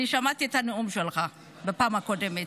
אני שמעתי את הנאום שלך בפעם הקודמת.